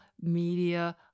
media